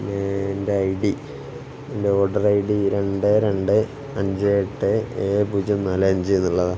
പിന്നെ എൻ്റെ I D എൻ്റെ ഓർഡർ ഐ ഡി രണ്ട് രണ്ട് അഞ്ച് എട്ട് ഏഴ് പൂജ്യം നാല് അഞ്ച് എന്നുള്ളതാ